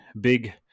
big